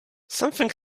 something